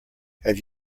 have